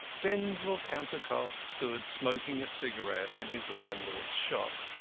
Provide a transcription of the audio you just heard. denzil cantercot stood smoking a cigarette in his landlord's shop,